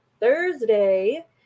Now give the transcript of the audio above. Thursday